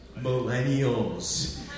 Millennials